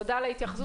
תודה על ההתייחסות.